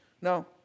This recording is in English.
Now